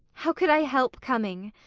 how could i help coming?